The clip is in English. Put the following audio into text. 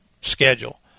schedule